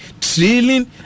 trailing